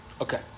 okay